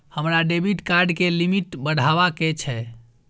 हमरा debit card के limit बढावा के छै